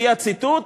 לפי הציטוט,